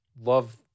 love